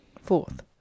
fourth